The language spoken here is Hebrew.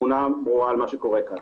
תמונה ברורה על מה שקורה פה.